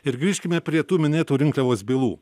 ir grįžkime prie tų minėtų rinkliavos bylų